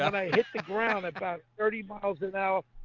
i hit the ground about thirty miles an hour.